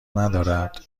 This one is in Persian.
ندارد